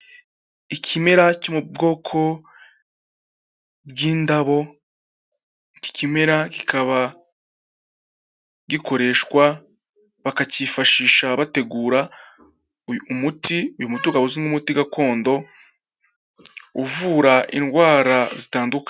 Ikimera cyo mu bwoko bw'indabo, iki kimera kikaba gikoreshwa, bakacyifashisha bategura umuti, uyu muti ukaba uzwi nk'umuti gakondo uvura indwara zitandukanye.